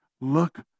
Look